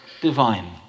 divine